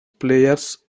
players